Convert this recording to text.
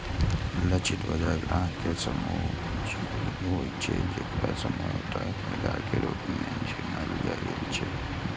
लक्षित बाजार ग्राहक केर समूह होइ छै, जेकरा संभावित खरीदार के रूप मे चिन्हल गेल छै